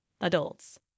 adults